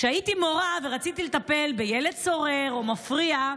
כשהייתי מורה ורציתי לטפל בילד סורר או מפריע,